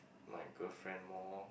my girlfriend more